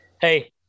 hey